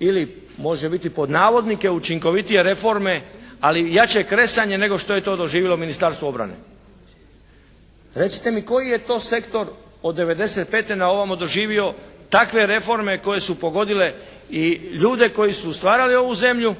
ili može biti pod navodnike učinkovitije reforme, ali jače kresanje nego što je to doživjelo Ministarstvo obrane. Recite mi koji je to sektor od devedeset i pete na ovamo doživio takve reforme koje su pogodile i ljude koji su stvarali ovu zemlju,